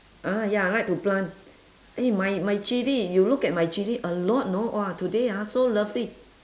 ah ya I like to plant eh my my chilli you look at my chilli a lot know !wah! today ah so lovely